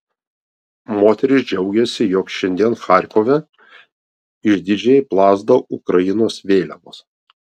moteris džiaugiasi jog šiandien charkove išdidžiai plazda ukrainos vėliavos